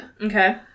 Okay